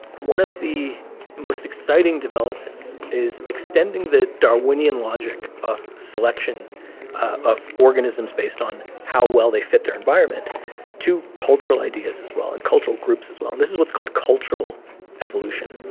one of the most exciting developments is extending the darwinian logic of selection of organisms based on how well they fit their environment to cultural ideas, as well, and cultural groups, as well. and this is what's called cultural evolution,